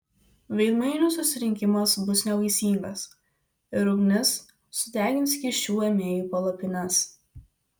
veidmainių susirinkimas bus nevaisingas ir ugnis sudegins kyšių ėmėjų palapines